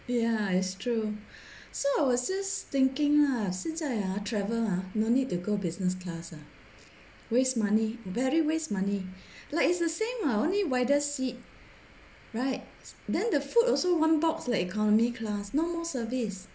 ya it's true so I was just thinking ah 现在 ah travel ah no need to go business class ah waste money very waste money like it's the same what only wider seat right then the food also one box like economy class no more service